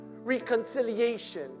reconciliation